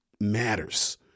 matters